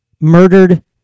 murdered